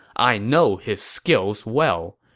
i know his skills well.